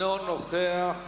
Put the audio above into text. אינו נוכח.